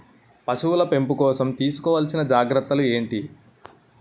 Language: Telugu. పశువుల పెంపకంలో తీసుకోవల్సిన జాగ్రత్తలు ఏంటి?